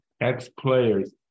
ex-players